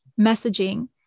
messaging